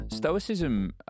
Stoicism